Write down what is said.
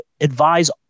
advise